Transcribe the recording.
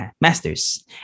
Masters